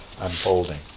unfolding